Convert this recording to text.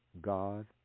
God